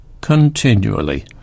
continually